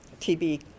TB